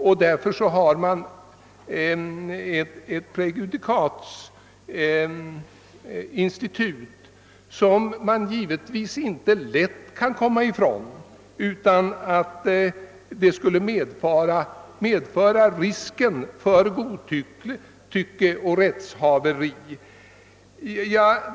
Det finns därför ett prejudikatinstitut, och detta är det naturligtvis inte så lätt att komma ifrån utan att det medför risker för godtycke och rättshaveri.